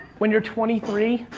when you're twenty three,